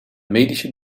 medische